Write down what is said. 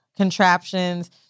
contraptions